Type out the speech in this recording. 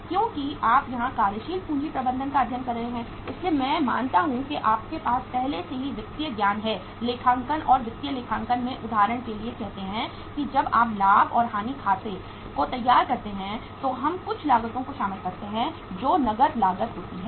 क्योंकि आप यहां कार्यशील पूंजी प्रबंधन का अध्ययन कर रहे हैं इसलिए मैं मानता हूं कि आपके पास पहले से ही वित्तीय ज्ञान है लेखांकन और वित्तीय लेखांकन में उदाहरण के लिए कहते हैं कि जब आप लाभ और हानि खाते को तैयार करते हैं तो हम कुछ लागतों को शामिल करते हैं जो नकद लागत होती हैं